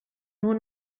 nur